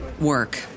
work